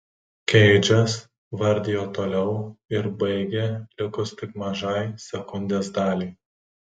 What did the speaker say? keidžas vardijo toliau ir baigė likus tik mažai sekundės daliai